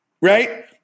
Right